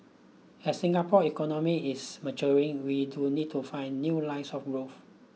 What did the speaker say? as Singapore economy is maturing we do need to find new lines of growth